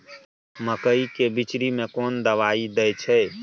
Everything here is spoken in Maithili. मकई के बिचरी में कोन दवाई दे छै?